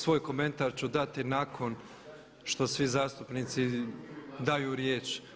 Svoj komentar ću dati nakon što svi zastupnici daju riječ.